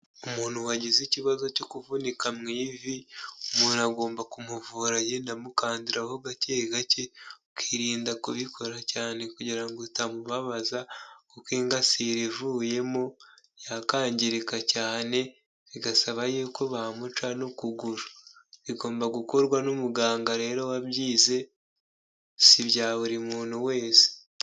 Umuntu wagize ikibazo cyo kuvunika mu ivi, umuntu agomba kumuvura agenda amukandaraho gake gake ukirinda kubikora cyane kugira utamubabaza kuko ingasire ivuyemo yakangirika cyane bigasaba y'uko bamuca n'ukuguru. Bigomba gukorwa n'umuganga rero wabyize sibya buri muntu wese.